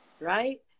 right